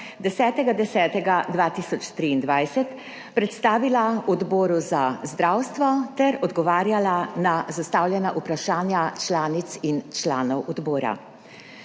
10. 10. 2023, predstavila Odboru za zdravstvo ter odgovarjala na zastavljena vprašanja članic in članov odbora.